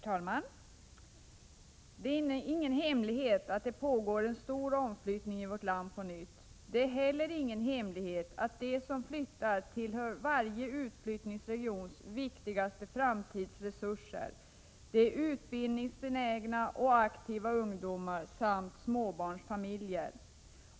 Herr talman! Det är ingen hemlighet att det på nytt pågår en stor omflyttning i vårt land. Det är heller ingen hemlighet att de som flyttar tillhör varje utflyttningsregions viktigaste framtidsresurser — utbildningsbenägna och aktiva ungdomar samt småbarnsfamiljer.